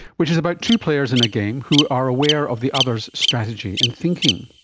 which is about two players in a game who are aware of the other's strategy and thinking.